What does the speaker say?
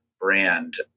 brand